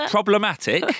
Problematic